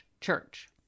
church